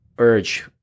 urge